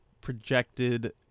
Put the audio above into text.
projected